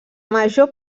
major